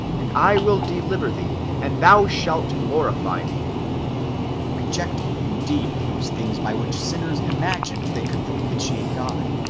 and i will deliver thee, and thou shalt glorify me rejecting, indeed, those things by which sinners imagined they could propitiate god,